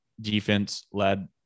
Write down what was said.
defense-led